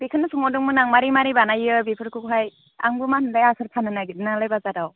बेखौनो सोंहरदोंमोन आं माबोरै माबोरै बानायो बेफोरखौहाय आंबो मा होनोलाय आसार फाननो नागिरदों नालाय बाजाराव